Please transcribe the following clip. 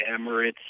Emirates